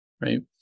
Right